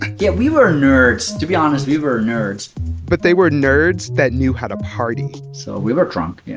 yeah, we were nerds. to be honest, we were nerds but they were nerds that knew how to party so we were drunk, yeah,